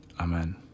Amen